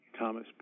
Thomas